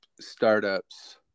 startups